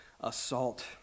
assault